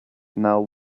now